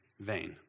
vain